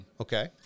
okay